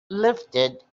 lifted